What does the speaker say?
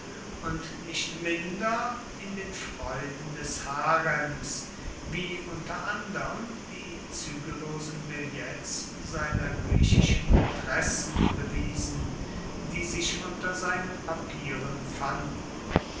und nicht minder in den freuden des harems wie unter anderm die zügellosen billets seiner griechischen mätressen bewiesen die sich unter seinen papieren fanden